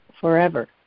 forever